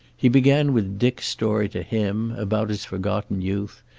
he began with dick's story to him, about his forgotten youth,